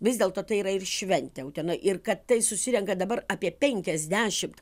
vis dėlto tai yra ir šventė utenoj ir kad tai susirenka dabar apie penkiasdešimt